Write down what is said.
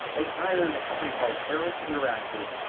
they hired a company called harris interactive.